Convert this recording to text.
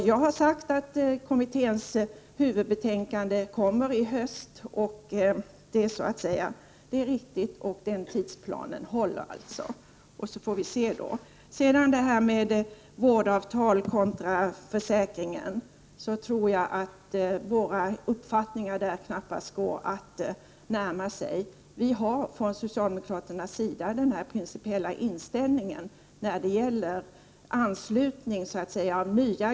Jag har sagt att kommitténs huvudbetänkande kommer att presenteras i höst — och det är väl bra. Tidsplanen håller alltså. Sedan något om vårdavtal kontra försäkringen. Jag tror knappast att vi kan närma oss varandra i det avseendet. Vad jag här har gett uttryck för är socialdemokraternas principiella inställning till nya gruppers anslutning till försäkringen.